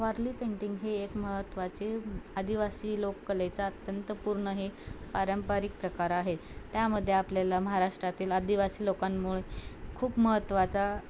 Warli painting हे एक महत्त्वाचे आदिवासी लोकलेचा अत्यंतपूर्ण हे पारंपारिक प्रकार आहेत त्यामध्ये आपल्याला महाराष्ट्रातील आदिवासी लोकांमुळे खूप महत्त्वाचा